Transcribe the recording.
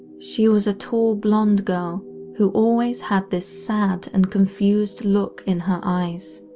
she was a tall blonde girl who always had this sad and confused look in her eyes.